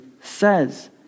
says